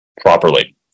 properly